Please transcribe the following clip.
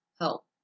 help